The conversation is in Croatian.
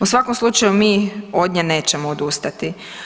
U svakom slučaju, mi od nje nećemo odustati.